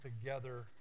together